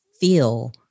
feel